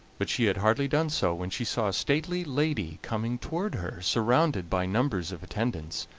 but she had hardly done so when she saw a stately lady coming toward her, surrounded by numbers of attendants.